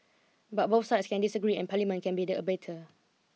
but both sides can disagree and Parliament can be the arbiter